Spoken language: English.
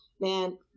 Man